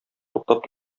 туктап